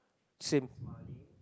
same